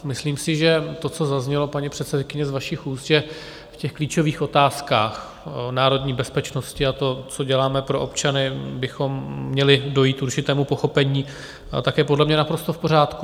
Myslím si, že to, co zaznělo, paní předsedkyně, z vašich úst, že v těch klíčových otázkách národní bezpečnosti a to, co děláme pro občany, bychom měli dojít k určitému pochopení, tak je podle mě naprosto v pořádku.